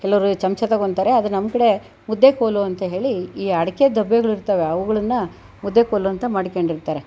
ಕೆಲವರು ಈ ಚಮಚ ತಗೋತಾರೆ ಆದರೆ ನಮ್ಮ ಕಡೆ ಮುದ್ದೆ ಕೋಲು ಅಂತ ಹೇಳಿ ಈ ಅಡಿಕೆ ಡಬ್ಬಿಗಳಿರುತ್ತವೆ ಅವುಗಳನ್ನು ಮುದ್ದೆ ಕೋಲು ಅಂತ ಮಾಡಿಕೊಂಡಿರ್ತಾರೆ